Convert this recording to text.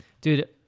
Dude